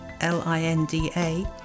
l-i-n-d-a